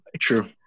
True